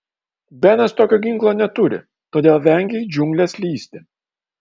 benas tokio ginklo neturi todėl vengia į džiungles lįsti